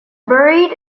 buried